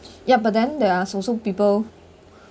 ya but then there are also people